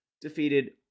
defeated